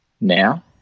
now